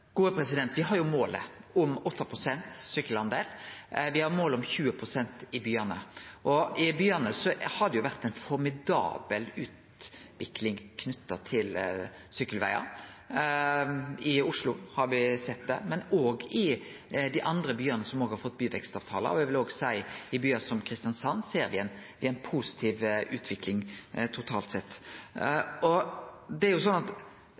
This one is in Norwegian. har jo målet om 8 pst. sykkeldel. Me har mål om 20 pst. i byane. I byane har det vore ei formidabel utvikling knytt til sykkelvegar. I Oslo har me sett det, men òg i dei andre byane som også har fått byvekstavtalar. Eg vil òg seie at i byar som Kristiansand ser me ei positiv utvikling totalt sett.